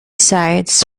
sides